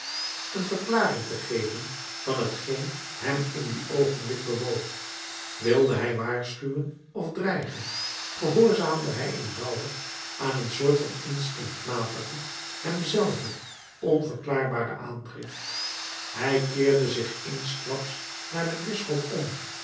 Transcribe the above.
een verklaring te geven van t geen hem in dien oogenblik bewoog wilde hij waarschuwen of dreigen gehoorzaamde hij eenvoudig aan een soort van instinctmatige hem zelven onverklaarbare aandrift hij keerde zich eensklaps naar den bisschop om